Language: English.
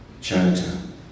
Chinatown